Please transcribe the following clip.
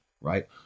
right